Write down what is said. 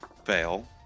Fail